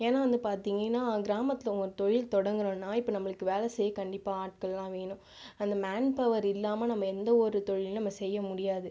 ஏன்னா வந்து பாத்திங்கன்னா கிராமத்தில் ஒரு தொழில் தொடங்குறோன்னா இப்போ நமக்கு வேலை செய்ய கண்டிப்பாக ஆட்கள்லாம் வேணும் அந்த மேன்பவர் இல்லாமல் நாம் எந்த ஒரு தொழிலும் நாம் செய்ய முடியாது